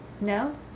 No